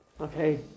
Okay